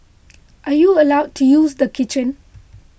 are you allowed to use the kitchen